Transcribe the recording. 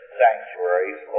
sanctuaries